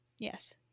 Yes